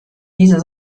dieser